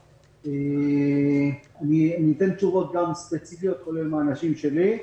אני אתן תשובות, גם ספציפיות, כולל מהאנשים שלי,